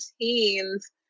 teens